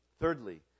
Thirdly